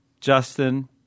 Justin